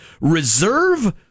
reserve